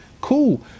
cool